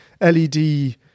led